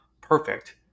perfect